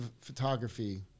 photography